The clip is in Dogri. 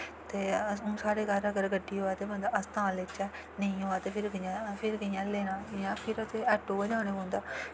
ते हून साढ़े घर अगर गड्डी होऐ ते बंदा अस तां लेचै नेईं होऐ ते फिर कि'यां लेना फिर ते आटो पर गै जाना पौंदा